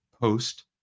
post